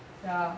ya